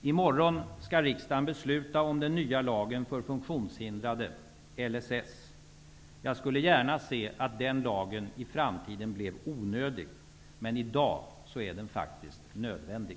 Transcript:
I morgon skall riksdagen besluta om den nya lagen för funktionshindrade, LSS. Jag skulle gärna se att den lagen i framtiden blev onödig. Men i dag är den faktiskt nödvändig.